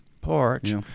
porch